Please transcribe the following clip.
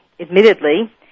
Admittedly